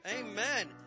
Amen